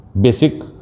basic